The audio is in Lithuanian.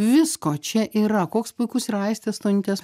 visko čia yra koks puikus ir aistės stonytės